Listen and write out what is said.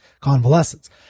convalescence